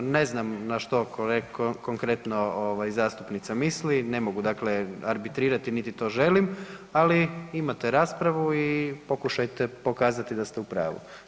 Ne znam na što konkretno ovaj zastupnica misli, ne mogu dakle arbitrirati, niti to želim, ali imate raspravu i pokušajte pokazati da ste u pravu.